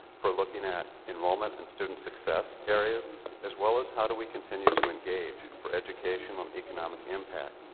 for looking at enrollment and student success areas as well as how do we continue to engage for educational and economic impact.